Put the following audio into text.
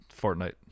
fortnite